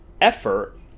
effort